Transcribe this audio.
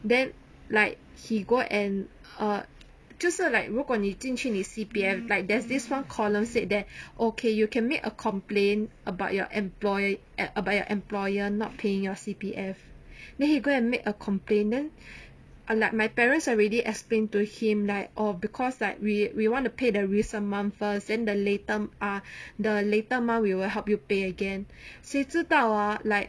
then like he go and err 就是 like 如果你进去你 C_P_F like there's this one column said that okay you can make a complain about your employer at about your employer not paying your C_P_F then he go and make a complain then ah like my parents already explain to him like oh because like we we want to pay the recent month first then the later ah the later month we will help you pay again 谁知道 ah like